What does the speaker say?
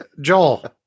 Joel